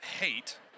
hate